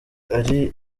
ari